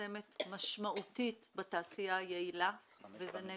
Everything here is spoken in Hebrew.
מכרסמת משמעותית בתעשייה היעילה, וזה נשר.